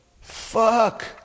fuck